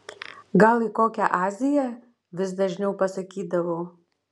gal į kokią aziją vis dažniau pasakydavau